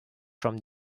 from